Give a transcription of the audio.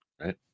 right